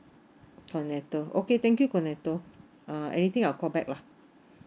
kenato okay thank you kenato uh anything I'll call back lah